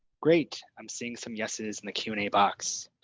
great. i'm seeing some yeses and the q and a box.